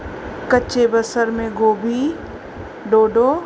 कच्चे बसर में गोभी ढोढो